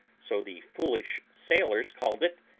so the foolish sailors called it,